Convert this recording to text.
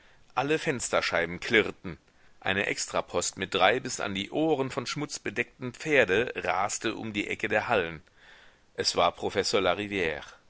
alle fensterscheiben klirrten eine extrapost mit drei bis an die ohren von schmutz bedeckten pferden raste um die ecke der hallen es war professor